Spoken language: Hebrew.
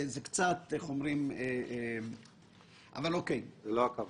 ובוודאי לנו אין דרך לבדוק את זה מעולם לא היה מצב שניסה מר